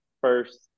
first